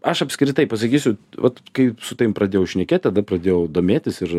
aš apskritai pasakysiu vat kai su tavim pradėjau šnekėt tada pradėjau domėtis ir